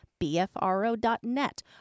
BFRO.net